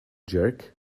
jerk